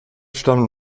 stammen